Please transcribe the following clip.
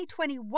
2021